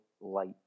light